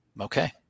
Okay